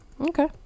Okay